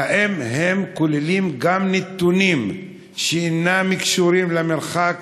והאם הם כוללים גם נתונים שאינם קשורים למרחק